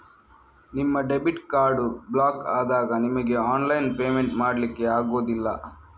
ನಿಮ್ಮ debit card block ಆದಾಗ ನಿಮಿಗೆ ಆನ್ಲೈನ್ ಪೇಮೆಂಟ್ ಮಾಡ್ಲಿಕ್ಕೆ ಆಗುದಿಲ್ಲ